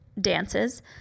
dances